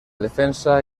defensa